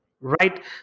Right